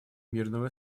мирного